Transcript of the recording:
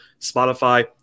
Spotify